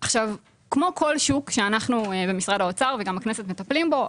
כמו כל שוק שאנחנו במשרד האוצר וגם בכנסת מטפלים בו,